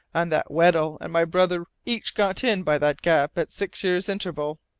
and that weddell and my brother each got in by that gap at six years' interval.